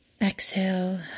exhale